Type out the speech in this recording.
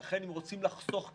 ולכן, אם רוצים לחסוך כסף,